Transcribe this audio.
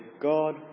God